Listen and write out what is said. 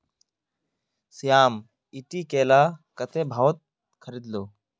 श्याम ईटी केला कत्ते भाउत खरीद लो